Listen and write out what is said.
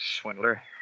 swindler